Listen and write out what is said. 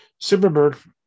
Superbird